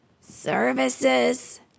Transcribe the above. Services